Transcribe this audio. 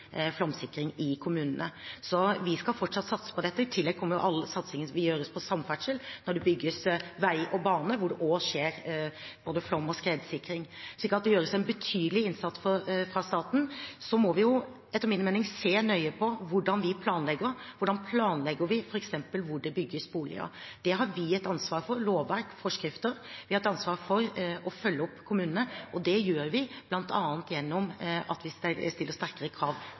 flomsikring i kommunene. Så vi skal fortsatt satse på dette. I tillegg kommer all satsingen som gjøres innenfor samferdsel når det bygges vei og bane, hvor man foretar både flomsikring og skredsikring. Så det gjøres en betydelig innsats fra statens side. Vi må også etter min mening se nøye på hvordan vi planlegger, f.eks. hvordan vi planlegger hvor det skal bygges boliger. Det har vi et ansvar for gjennom lovverk og forskrifter. Vi har et ansvar for å følge opp kommunene, og det gjør vi bl.a. gjennom at vi stiller sterkere krav